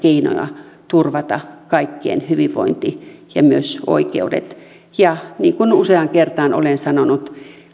keinoja turvata kaikkien hyvinvointi ja myös oikeudet ja niin kuin useaan kertaan olen sanonut